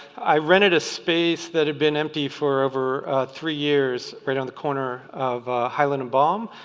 i rented a space that had been empty for over three years right on the corner of highland and baum,